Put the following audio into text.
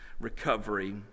recovery